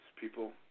people